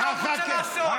מה אתה רוצה לעשות?